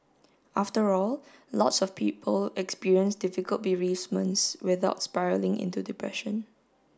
after all lots of people experience difficult bereavements without spiralling into depression